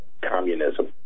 communism